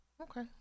Okay